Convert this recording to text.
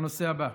ולנושא הבא.